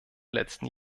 letzten